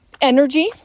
energy